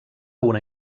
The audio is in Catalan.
una